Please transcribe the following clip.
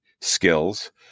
skills